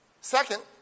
Second